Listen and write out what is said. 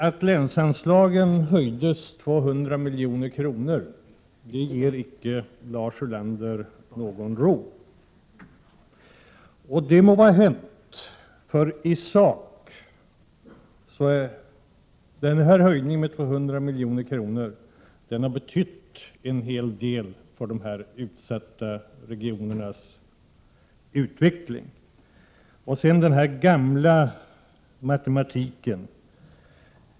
Att länsanslagen höjdes med 200 milj.kr. ger icke Lars Ulander någon ro. Det må vara hänt, men i verkligheten har denna höjning med 200 milj.kr. betytt en hel del för de-utsatta regionernas utveckling. Sedan den här gamla matematiken.